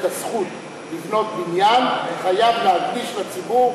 הזכות לבנות בניין חייב להקדיש לציבור,